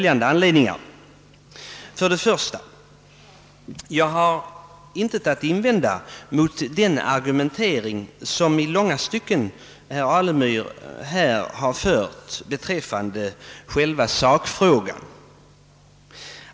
Jag har i långa stycken intet att invända mot den argumentering herr Alemyr här anfört i själva sakfrågan.